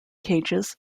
cages